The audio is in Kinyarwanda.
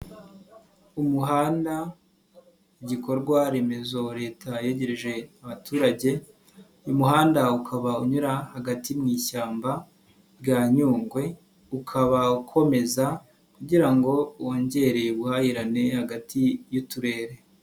Umuhanda igikorwa remeze Leta yegereje abaturage, uyu muhanda ukaba unyura hagati mu ishyamba rya nyungwe, ukaba ukomeza kugira ngo wongere ubuhahirane hagati y'uturere.